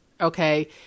okay